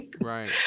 Right